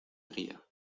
guía